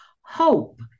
hope